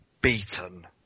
beaten